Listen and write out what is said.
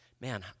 Man